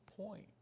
point